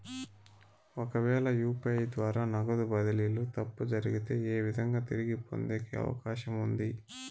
ఒకవేల యు.పి.ఐ ద్వారా నగదు బదిలీలో తప్పు జరిగితే, ఏ విధంగా తిరిగి పొందేకి అవకాశం ఉంది?